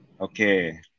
Okay